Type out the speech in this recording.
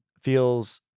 feels